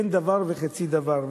אין דבר וחצי דבר.